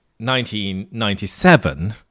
1997